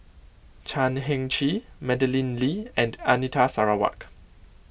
Chan Heng Chee Madeleine Lee and Anita Sarawak